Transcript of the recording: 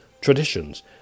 traditions